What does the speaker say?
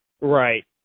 Right